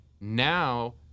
now